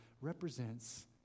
represents